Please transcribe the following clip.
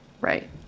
Right